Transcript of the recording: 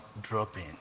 dropping